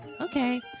Okay